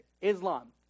Islam